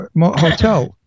hotel